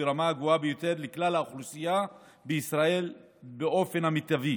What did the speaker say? ברמה הגבוהה ביותר לכלל האוכלוסייה בישראל באופן המיטבי,